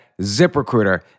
ZipRecruiter